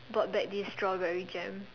bought back this strawberry jam